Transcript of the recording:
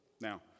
Now